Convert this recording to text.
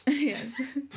Yes